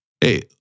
Hey